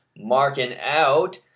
markingout